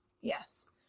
Yes